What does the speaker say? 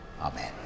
Amen